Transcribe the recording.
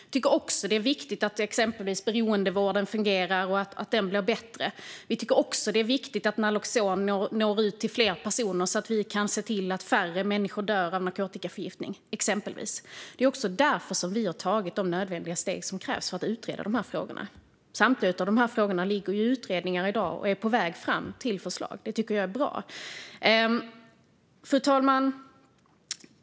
Vi tycker också exempelvis att det är viktigt att beroendevården fungerar och blir bättre. Vi tycker också att det är viktigt att naloxon når ut till fler personer så att vi kan se till att färre människor dör av narkotikaförgiftning, exempelvis. Det är också därför vi har tagit de nödvändiga steg som krävs för att utreda dessa frågor. Samtliga dessa frågor omfattas i dag av utredningar, och förslag är på väg fram. Det tycker jag är bra. Fru talman!